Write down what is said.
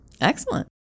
Excellent